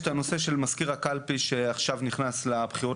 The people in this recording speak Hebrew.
יש את הנושא של מזכיר הקלפי שעכשיו נכנס לבחירות